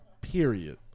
period